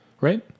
Right